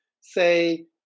say